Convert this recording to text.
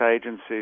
agencies